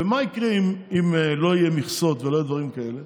מה יקרה אם לא יהיו מכסות ולא יהיו דברים כאלה?